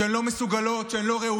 שהן לא מסוגלות, שהן לא ראויות?